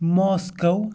Moscow